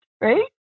right